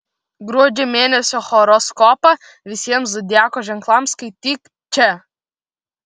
gruodžio mėnesio horoskopą visiems zodiako ženklams skaityk čia